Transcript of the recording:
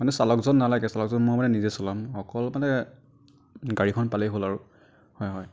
মানে চালকজন নালাগে চালকজন মই মানে নিজে চলাম অকল মানে গাড়ীখন পালেই হ'ল আৰু হয় হয়